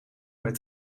met